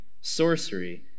sorcery